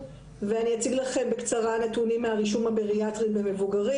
בקצרה נתונים מהרישום הבריאטרי במבוגרים.